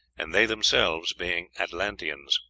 and they themselves being atlanteans.